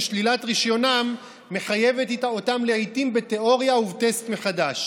ששלילת רישיונם מחייבת אותם לעיתים בתיאוריה ובטסט מחדש